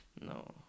No